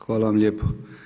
Hvala vam lijepo.